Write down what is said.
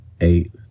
eight